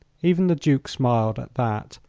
even the duke smiled, at that,